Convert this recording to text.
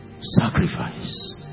sacrifice